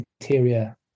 interior